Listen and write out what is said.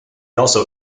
also